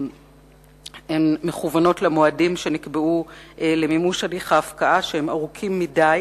הן מכוונות למועדים שנקבעו למימוש הליך ההפקעה שהם ארוכים מדי.